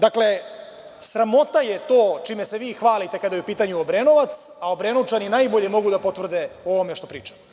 Dakle, sramota je to čime se vi hvalite kada je u pitanju Obrenovac, a Obrenovčani najbolje mogu da potvrde ovo što pričam.